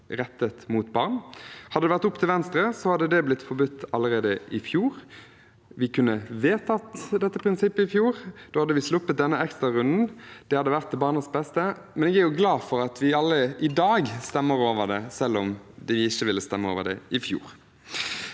rettet mot barn. Hadde det vært opp til Venstre, hadde det blitt forbudt allerede i fjor. Vi kunne vedtatt det prinsippet i fjor. Da hadde vi sluppet denne ekstrarunden. Det hadde vært til barnas beste. Jeg er likevel glad for at vi alle i dag stemmer for det, selv om man ikke ville stemme for det i fjor.